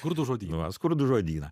skurdų žodyną skurdų žodyną